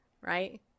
right